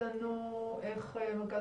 לעורך דין גיל